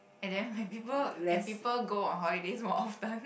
and then when people and people go on holidays more often